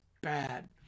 bad